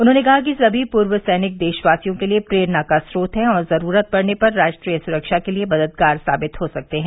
उन्होंने कहा कि सभी पूर्व सैनिक देशवासियों के लिये प्रेरणा का स्रोत है और जरूरत पड़ने पर राष्ट्रीय सुरक्षा के लिये मददगार साबित हो सकते हैं